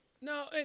No